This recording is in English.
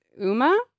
Uma